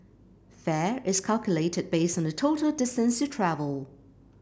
fare is calculated based on the total distance you travel